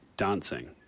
dancing